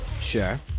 Sure